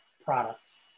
products